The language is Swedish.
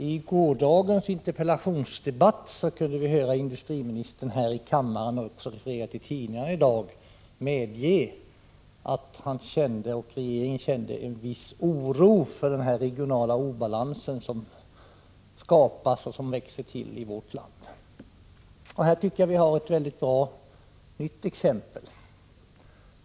Herr talman! I interpellationsdebatten i förrgår kunde vi här i kammaren höra industriministern medge, vilket också refererats i tidningarna, att han och regeringen kände en viss oro för den regionala obalans som har skapats och som växer till i vårt land. Här har vi nu ett nytt exempel.